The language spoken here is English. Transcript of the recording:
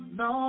no